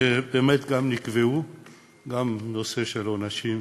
שגם נקבע נושא של עונשים,